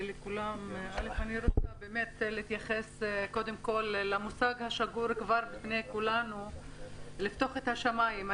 אני רוצה להתייחס קודם כל למושג השגור בפי כולנו לפתוח את השמיים.